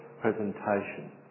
presentation